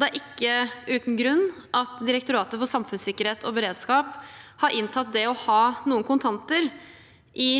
det er ikke uten grunn at Direktoratet for samfunnssikkerhet og beredskap har inntatt det å ha noen kontanter i